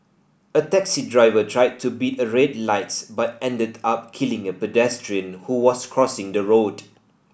a taxi driver tried to beat a red light but ended up killing a pedestrian who was crossing the road